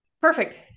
Perfect